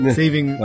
saving